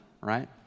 right